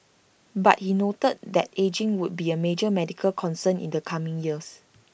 but he noted that ageing would be A major medical concern in the coming years